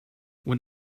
when